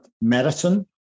medicine